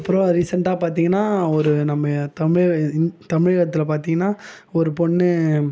அப்புறம் ரீசெண்டாக பார்த்தீங்கன்னா ஒரு நம்ம தமிழ் இ இது தமிழகத்தில் பார்த்தீங்கன்னா ஒரு பொண்ணு